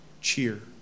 cheer